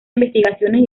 investigaciones